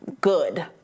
good